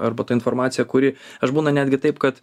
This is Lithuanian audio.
arba ta informacija kuri aš būna netgi taip kad